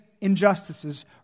injustices